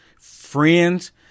friends